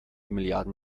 milliarden